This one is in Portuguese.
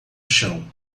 chão